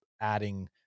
adding